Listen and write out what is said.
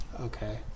okay